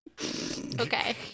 Okay